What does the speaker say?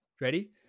ready